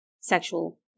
sexual